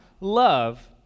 love